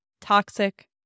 toxic